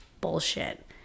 bullshit